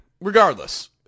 Regardless